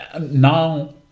now